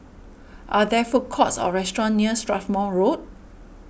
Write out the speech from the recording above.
are there food courts or restaurants near Strathmore Road